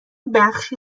بخشی